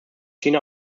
china